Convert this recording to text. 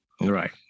Right